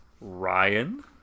Ryan